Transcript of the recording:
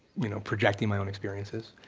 you know, projecting my own experiences.